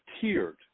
tiered